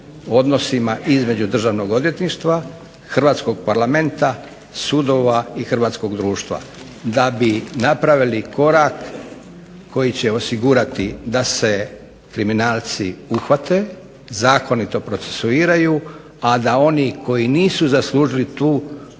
odnosima između Državnog odvjetništva, Hrvatskog parlamenta, sudova i Hrvatskog društva da bi napravili korak koji će osigurati da se kriminalci uhvate, zakonito procesuiraju, a da oni koji nisu zaslužili tu